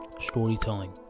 storytelling